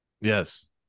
yes